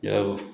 ଏୟା ଆଉ